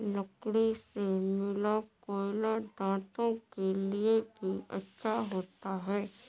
लकड़ी से मिला कोयला दांतों के लिए भी अच्छा होता है